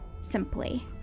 Simply